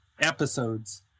episodes